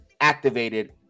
activated